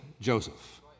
Joseph